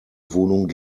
wohnung